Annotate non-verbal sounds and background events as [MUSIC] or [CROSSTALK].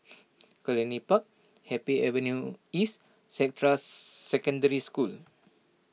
Cluny Park Happy Avenue East [UNINTELLIGIBLE] Secondary School